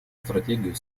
стратегию